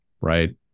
right